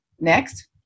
Next